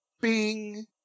Bing